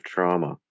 Trauma